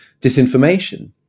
disinformation